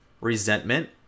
resentment